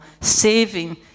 saving